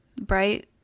bright